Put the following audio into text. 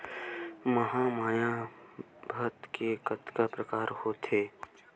महमाया भात के कतका प्रकार होथे?